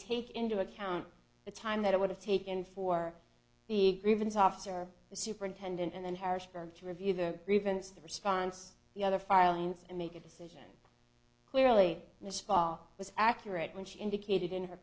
take into account the time that it would have taken for the grievance officer the superintendent and then harrisburg to review the grievance the response the other filings and make a decision clearly the spall was accurate when she indicated in her